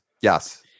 Yes